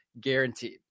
guaranteed